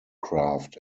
craft